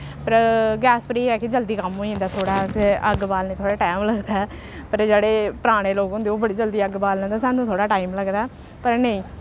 पर गैस पर एह् ऐ कि जल्दी कम्म होई जंदा थोह्ड़ा ते अग्ग बालने थोह्ड़ा टैम लगदा ऐ पर जेह्ड़े पराने लोग होंदे ओह् बड़ी जल्दी अग्ग बाली लैंदे साह्नू थोह्ड़ा टाइम लगदा पर नेईं